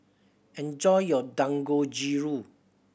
enjoy your Dangojiru